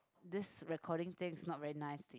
this recording thing is not very nice